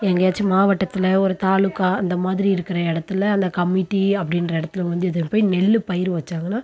எங்கேயாச்சும் மாவட்டத்தில் ஒரு தாலுக்கா அந்த மாதிரி இருக்கிற இடத்துல அந்த கமிட்டி அப்படின்ற இடத்துல வந்து எடுத்துகினு போய் நெல் பயிர் வச்சாங்கன்னா